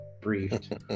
briefed